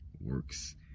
works